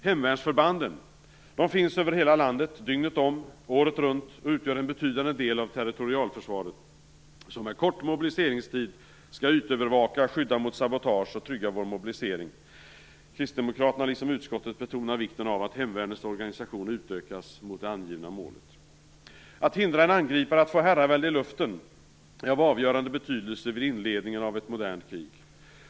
Hemvärnsförbanden finns över hela landet dygnet om, året runt och utgör en betydande del av territorialförsvaret, som med kort mobiliseringstid skall ytövervaka, skydda mot sabotage och trygga vår mobilisering. Kristdemokraterna liksom utskottet betonar vikten av att hemvärnets organisation utökas mot det angivna målet. Att hindra en angripare att få herravälde i luften är av avgörande betydelse vid inledningen av ett modernt krig.